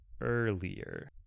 earlier